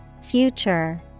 future